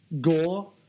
gore